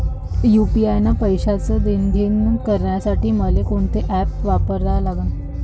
UPI न पैशाचं देणंघेणं करासाठी मले कोनते ॲप वापरा लागन?